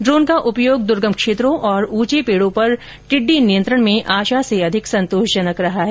drone का उपयोग दूर्गम क्षेत्रों और ऊंचे पेड़ों पर टिड्डी नियंत्रण में आशा से अधिक संतोषजनक रहा है